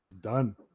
done